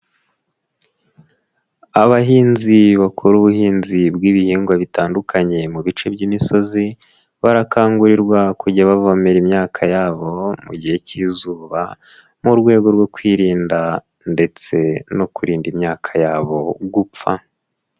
Abahinzi bakora ubuhinzi bw'ibihingwa bitandukanye mu bice by'imisozi, barakangurirwa kujya bavomera imyaka yabo mu gihe cy'izuba, mu rwego rwo kwirinda ndetse no kurinda imyaka yabo gupfa.